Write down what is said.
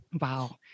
Wow